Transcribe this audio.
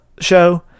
show